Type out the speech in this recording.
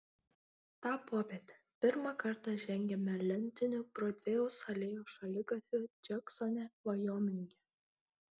tą popietę pirmą kartą žengiame lentiniu brodvėjaus alėjos šaligatviu džeksone vajominge